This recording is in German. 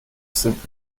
sind